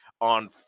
on